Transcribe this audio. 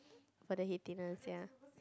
for the heatiness ya